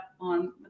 on